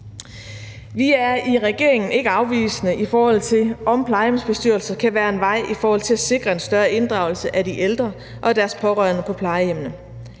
Vi er i regeringen ikke afvisende over for, at plejehjemsbestyrelser kan være en vej i forhold til at sikre en større inddragelse af de ældre og deres pårørende på plejehjemmene.